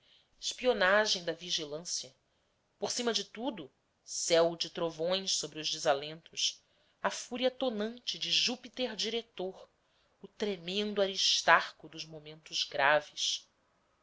espionagem da vigilância por cima de tudo céu de trovões sobre os desalentos a fúria tonante de júpiterdiretor o tremendo aristarco dos momentos graves